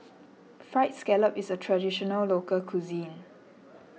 Fried Scallop is a Traditional Local Cuisine